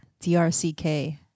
DRCK